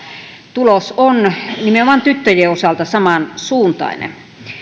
tulos on nimenomaan tyttöjen osalta samansuuntainen